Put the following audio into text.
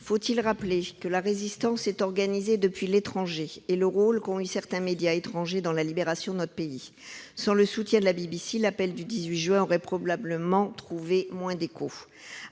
Faut-il rappeler que la Résistance s'est organisée depuis l'étranger et que certains médias étrangers ont eu un rôle dans la libération de notre pays ? Sans le soutien de la BBC, l'appel du 18 juin aurait probablement trouvé moins d'écho